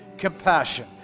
compassion